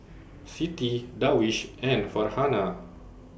Siti Darwish and Farhanah